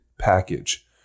package